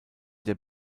der